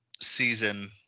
season